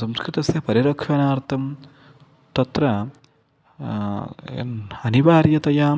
संस्कृतस्य परिरक्षणार्थं तत्र अनिवार्यतया